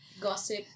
Gossip